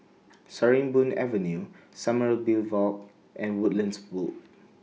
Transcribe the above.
Sarimbun Avenue Sommerville Walk and Woodlands Loop